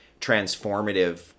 transformative